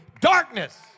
darkness